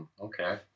Okay